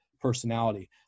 personality